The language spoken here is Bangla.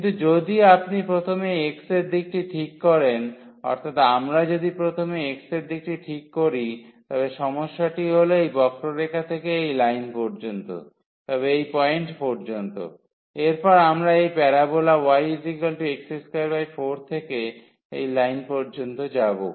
কিন্তু যদি আপনি প্রথমে x এর দিকটি ঠিক করেন অর্থাৎ আমরা যদি প্রথমে x এর দিকটি ঠিক করি তবে সমস্যাটি হল এই বক্ররেখা থেকে এই লাইন পর্যন্ত তবে এই পয়েন্ট পর্যন্ত এরপর আমরা এই প্যারাবোলা yx24 থেকে এই লাইন পর্যন্ত যাব